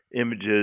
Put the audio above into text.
images